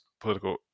political